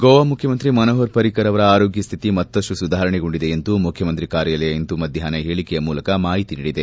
ಗೋವಾ ಮುಖ್ಯಮಂತ್ರಿ ಮನೋಹರ್ ಪರಿಕ್ಕರ್ ಅವರ ಆರೋಗ್ಯ ಸ್ಥಿತಿ ಮತ್ತಷ್ಟು ಸುಧಾರಣೆಗೊಂಡಿದೆ ಎಂದು ಮುಖ್ಯಮಂತ್ರಿ ಕಾರ್ಯಾಲಯ ಇಂದು ಮಧ್ಯಾಹ್ನ ಹೇಳಿಕೆಯ ಮೂಲಕ ಮಾಹಿತಿ ನೀಡಿದೆ